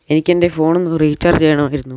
എനിക്ക് എൻ്റെ ഫോണൊന്ന് റീചാർജ് ചെയ്യണമായിരുന്നു